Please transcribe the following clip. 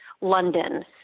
London